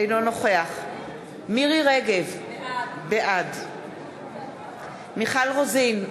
אינו נוכח מירי רגב, בעד מיכל רוזין,